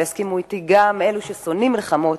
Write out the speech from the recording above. ויסכימו אתי גם אלה ששונאים מלחמות,